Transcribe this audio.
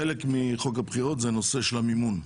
חלק מחוק הבחירות הוא נושא של המימון.